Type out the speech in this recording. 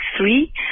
three